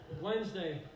Wednesday